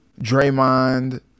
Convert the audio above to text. Draymond